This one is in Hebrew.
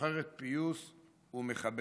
שוחרת פיוס ומכבדת.